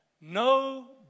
no